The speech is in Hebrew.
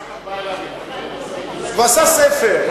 אחר כך בא אליו עיתונאי ועשה אתו ספר.